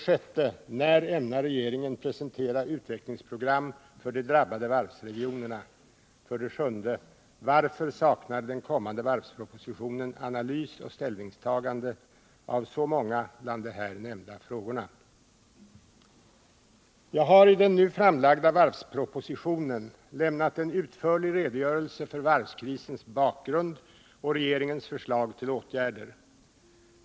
ställningstagande till så många bland de här nämnda frågorna? Jag har i den nu framlagda varvspropositionen lämnat en utförlig redogörelse för varvskrisens bakgrund och regeringens förslag till åtgärder.